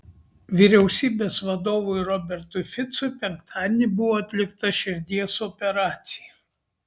vyriausybės vadovui robertui ficui penktadienį buvo atlikta širdies operacija